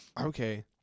Okay